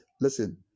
Listen